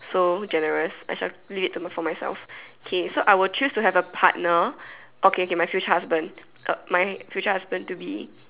so generous I shall leave it to for myself okay so I will choose to have a partner okay okay my future husband uh my future husband to be